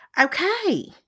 Okay